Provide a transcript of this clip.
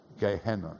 Gehenna